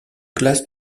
classe